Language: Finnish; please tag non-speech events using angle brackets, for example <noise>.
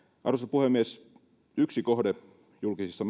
puhemies yksi kohde julkisissa <unintelligible>